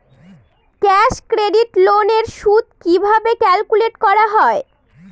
Cash credit loan এর সুদ কিভাবে ক্যালকুলেট করা হয়?